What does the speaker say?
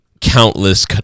countless